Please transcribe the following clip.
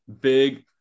big